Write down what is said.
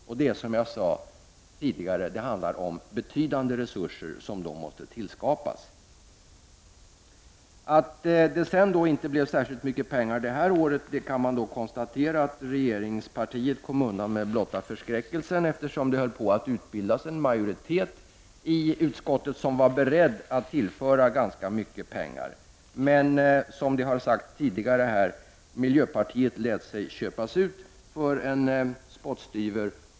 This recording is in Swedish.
Och det handlar om att, som jag sade tidigare, betydande resurser måste tillskapas. Det blev alltså inte så mycket pengar det här året. Man kan konstatera att regeringspartiet kom undan med blotta förskräckelsen, eftersom det höll på att bildas en majoritet i utskottet som var beredd att tillföra ganska mycket pengar. Men som det har sagts tidigare lät sig miljöpartiet köpas ut för en spottstyver.